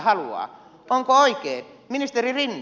ministeri rinne kuinka on